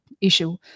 issue